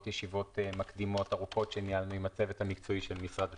ישיבות מקדימות ארוכות שניהלנו עם הצוות המקצועי של משרד התקשורת.